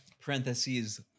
parentheses